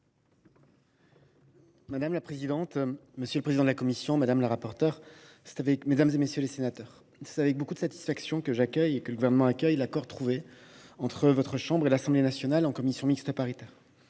Madame la présidente, monsieur le président de la commission, madame la rapporteure, mesdames, messieurs les sénateurs, c’est avec une grande satisfaction que j’accueille l’accord trouvé entre votre chambre et l’Assemblée nationale en commission mixte paritaire.